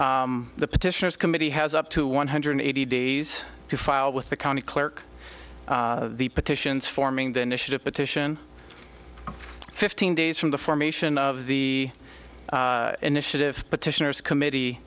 the petitioners committee has up to one hundred eighty days to file with the county clerk the petitions forming the initiative petition fifteen days from the formation of the initiative petitioners committee